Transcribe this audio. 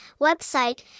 website